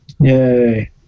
Yay